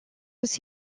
was